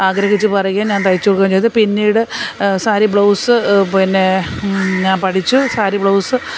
ആഗ്രഹിച്ച് പറയുകയും ഞാൻ തയ്ച്ച് കൊടുക്കുകയും ചെയ്ത് പിന്നീട് സാരി ബ്ലൗസ് പിന്നെ ഞാൻ പഠിച്ചു സാരി ബ്ലൗസ്